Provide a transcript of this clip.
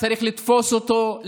צריך לתפוס אותו,